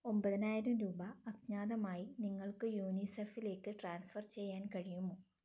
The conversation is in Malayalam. ഒമ്പതിനായിരം രൂപ അജ്ഞാതമായി നിങ്ങൾക്ക് യുനിസെഫിലേക്ക് ട്രാൻസ്ഫർ ചെയ്യാൻ കഴിയുമോ